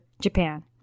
Japan